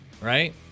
right